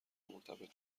مرتبط